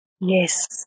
Yes